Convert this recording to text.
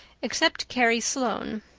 except carrie sloane,